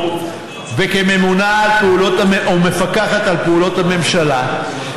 הפיקוח על מעונות יום לפעוטות התשע"ט 2018,